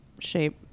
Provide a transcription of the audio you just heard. shape